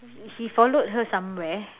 he followed her somewhere